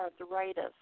arthritis